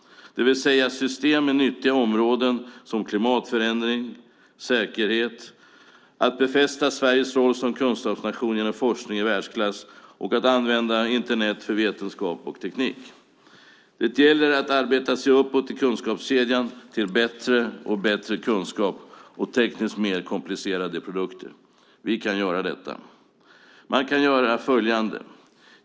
Det ska alltså vara system inom nyttiga områden som klimatförändring och säkerhet. De ska befästa Sveriges roll som kunskapsnation genom forskning i världsklass och använda Internet för vetenskap och teknik. Det gäller att arbeta sig uppåt i kunskapskedjan till bättre och bättre kunskap och tekniskt mer komplicerade produkter. Vi kan göra det. Man kan göra mycket.